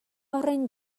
horren